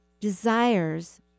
desires